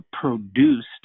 produced